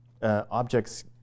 Objects